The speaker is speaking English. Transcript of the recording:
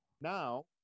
Now